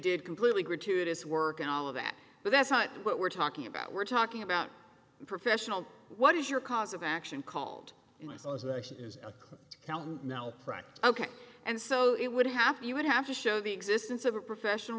did completely gratuitous work and all of that but that's not what we're talking about we're talking about professional what is your cause of action called the action is no prank ok and so it would happen you would have to show the existence of a professional